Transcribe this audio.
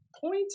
point